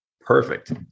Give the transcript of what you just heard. Perfect